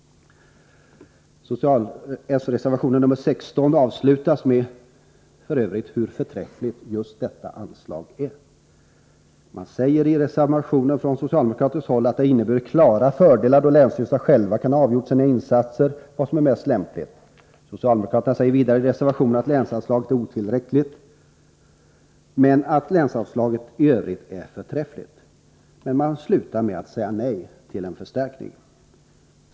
S-reservation nr 16 slutar f. ö. med några ord om hur förträffligt just detta anslag är. Det sägs i reservationen att det har inneburit klara fördelar att länsstyrelserna själva har kunnat avgöra vilka insatser som är lämpligast. Socialdemokraterna säger vidare i reservationen att länsanslaget är otillräckligt men att det i övrigt är förträffligt. Socialdemokraterna slutar emellertid med att säga nej till en förstärkning.